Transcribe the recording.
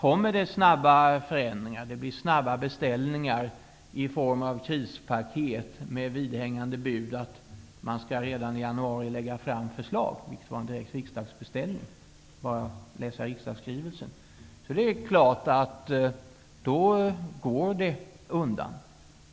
Om det sker snabba förändringar och det kommer snabba beställningar i form av krispaket med vidhängande bud om att man redan i januari skall lägga fram förslag -- vilket var en direkt riksdagsbeställning, det är bara att läsa riksdagsskrivelsen -- är det klart att det går undan.